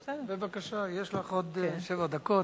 יש לך עוד שבע דקות.